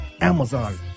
Amazon